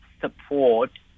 support